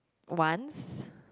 once